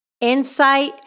insight